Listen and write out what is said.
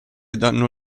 danno